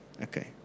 Okay